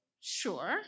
Sure